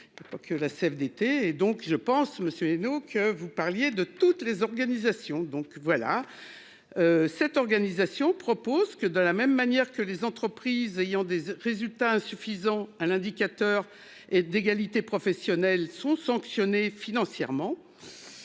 Il peut pas que la CFDT et donc je pense Monsieur et nous que vous parliez de toutes les organisations. Donc voilà. Cette organisation propose que de la même manière que les entreprises ayant des résultats insuffisants à l'indicateur et d'égalité professionnelle sont sanctionnés financièrement.